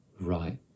right